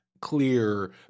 clear